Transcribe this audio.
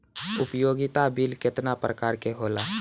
उपयोगिता बिल केतना प्रकार के होला?